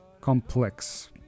complex